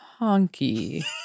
honky